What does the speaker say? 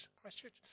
Christchurch